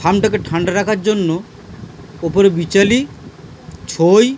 ফার্মটাকে ঠান্ডা রাখার জন্য ওপরে বিচালি ছই